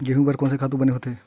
गेहूं बर कोन से खातु बने होथे?